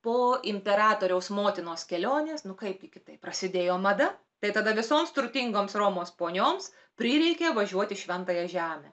po imperatoriaus motinos kelionės nu kaip gi kitaip prasidėjo mada tai tada visoms turtingoms romos ponioms prireikė važiuot į šventąją žemę